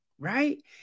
right